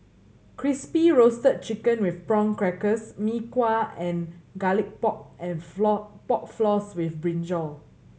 Crispy Roasted Chicken with Prawn Crackers Mee Kuah and Garlic Pork and floor Pork Floss with brinjal